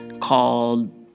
called